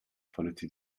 polluted